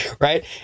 right